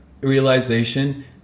realization